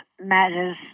matters